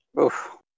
Oof